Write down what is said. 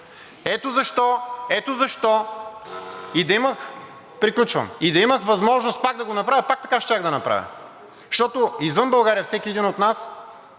…И да имах възможност пак да го направя, пак така щях да направя, защото извън България всеки един от нас